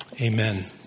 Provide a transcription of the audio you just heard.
Amen